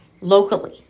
locally